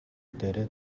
дээрээ